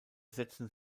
setzen